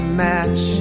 match